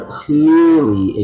clearly